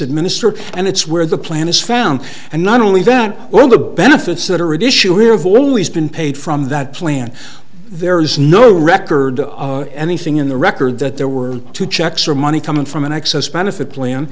administered and it's where the plan is found and not only that all the benefits that are an issue here of always been paid from that plan there is no record of anything in the record that there were two checks or money coming from an excess benefit plan